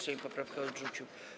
Sejm poprawkę odrzucił.